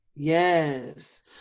Yes